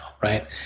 right